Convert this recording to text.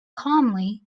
calmly